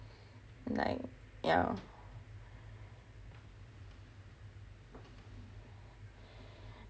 like yah